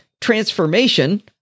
transformation